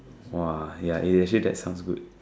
!wah! yeah eh actually that sounds good